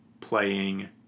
playing